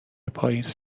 پاییز